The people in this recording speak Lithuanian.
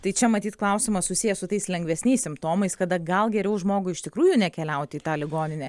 tai čia matyt klausimas susijęs su tais lengvesniais simptomais kada gal geriau žmogui iš tikrųjų nekeliaut į tą ligoninę